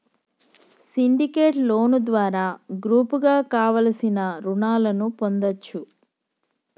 syndicate loan ద్వారా గ్రూపుగా కావలసిన రుణాలను పొందచ్చు